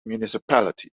municipality